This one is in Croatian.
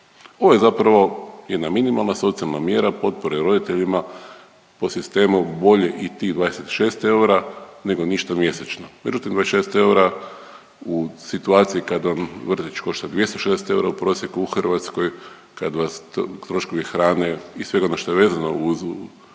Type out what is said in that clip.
Ovo je zapravo jedna minimalna socijalna mjera potpore roditeljima po sistemu bolje i tih 26 eura nego ništa mjesečno. Međutim, 26 eura u situaciji kada vam vrtić košta 260 eura u prosjeku u Hrvatskoj kad vas troškovi hrane i sveg onog što je vezano uz podizanje